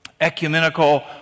ecumenical